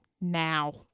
now